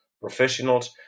professionals